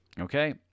Okay